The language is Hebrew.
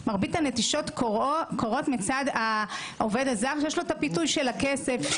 מרבית הנטישות קורות מצד העובד הזר שיש לו את הפיתוי של הכסף,